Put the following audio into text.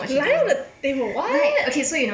lie on the table what